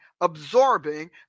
absorbing